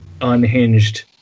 unhinged